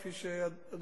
כפי שאתה יודע,